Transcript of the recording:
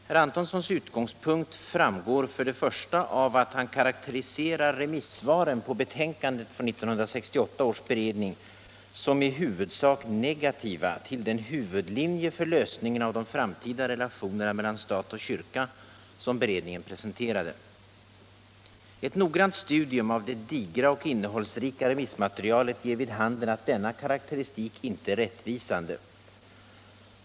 Herr Antonssons utgångspunkt framgår för det första av att han karakteriserar remissvaren på betänkandet från 1968 års beredning som i huvudsak negativa till den huvudlinje för lösningen av de framtida relationerna mellan stat och kyrka som beredningen presenterade. Ett noggrant studium av det digra och innehållsrika remissmaterialet ger vid handen att denna karakteristik inte är rättvisande.